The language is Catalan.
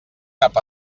cap